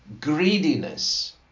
greediness